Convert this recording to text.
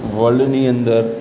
વર્લ્ડની અંદર